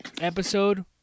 episode